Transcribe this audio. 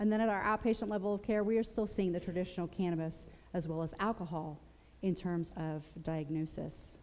and then in our operation level of care we are still seeing the traditional cannabis as well as alcohol in terms of diagnosis